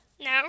No